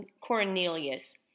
Cornelius